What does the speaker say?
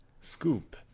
Scoop